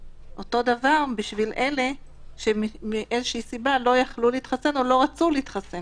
דבר בשביל אלה שמאיזושהי סיבה לא יכלו להתחסן או לא רצו להתחסן?